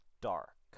Dark